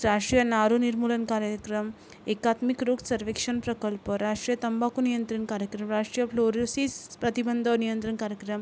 राष्टीय नारू निर्मूलन कार्यक्रम एकात्मिक रूक सर्वेक्षण प्रकल्प राष्ट्रीय तंबाखू नियंत्रण कार्यक्रम राष्ट्रीय फ्लोरोसीज प्रतिबंध नियंत्रण कार्यक्रम